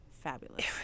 fabulous